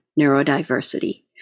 neurodiversity